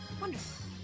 Wonderful